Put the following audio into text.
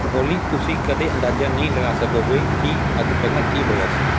ਓਲੀ ਤੁਸੀਂ ਕਦੇ ਅੰਦਾਜ਼ਾ ਨਹੀਂ ਲਗਾ ਸਕੋਗੇ ਕਿ ਅੱਜ ਪਹਿਲਾਂ ਕੀ ਹੋਇਆ ਸੀ